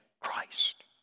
Christ